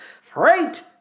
Freight